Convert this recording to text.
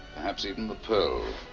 perhaps even the pearl.